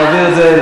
אנחנו נעביר את זה,